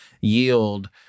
yield